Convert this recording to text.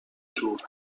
شور